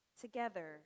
Together